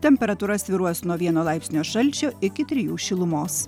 temperatūra svyruos nuo vieno laipsnio šalčio iki trijų šilumos